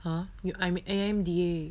!huh! you I'm A_M_D_A